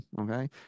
Okay